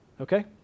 okay